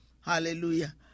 Hallelujah